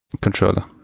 controller